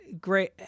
great